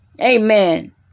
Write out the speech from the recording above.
Amen